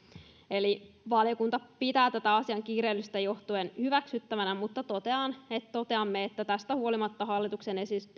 valiokunta pitää tätä asian kiireellisyydestä johtuen hyväksyttävänä mutta toteamme että tästä huolimatta hallituksen